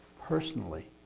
personally